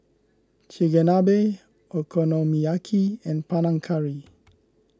Chigenabe Okonomiyaki and Panang Curry